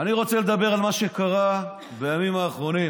אני רוצה לדבר על מה שקרה בימים האחרונים.